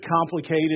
complicated